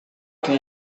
que